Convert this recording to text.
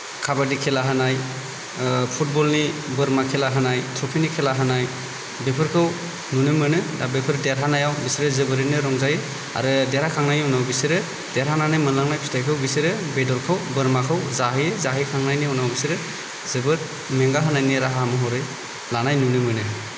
काबाडि खेला होनाय फुटबलनि बोरमा खेला होनाय थ्र'फिनि खेला होनाय बेफोरखौ नुनो मोनो दा बेफोर देरहानायाव बिसोरो जोबोरैनो रंजायो आरो देरहाखांनायनि उनाव बिसोरो देरहानानै मोनलांनाय फिथायखौ बिसोरो बेदरखौ बोरमाखौ जाहैयो जाहैखांनायनि उनाव बिसोरो जोबोद मेंगाहोनायनि राहा महरै लानाय नुनो मोनो